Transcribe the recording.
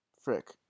Frick